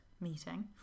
meeting